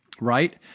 right